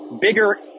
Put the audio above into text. bigger